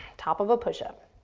top of a push up.